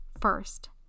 first